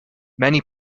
many